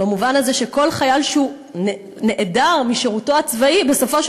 במובן הזה שכל חייל שנעדר משירותו הצבאי בסופו של